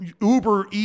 Uber